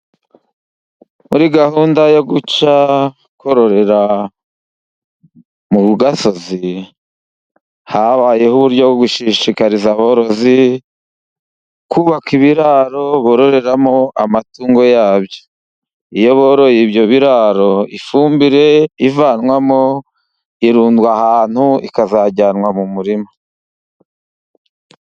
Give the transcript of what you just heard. Muri gahunda yo guca kororera mu gasozi, habayeho uburyo bwo gushishikariza aborozi kubaka ibiraro bororeramo amatungo ya byo. Iyo boroye, ibyo biraro ifumbire ivanwamo irundwa ahantu, ikazajyanwa mu murima.